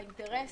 האינטרס